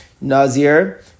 Nazir